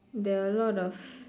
there are a lot of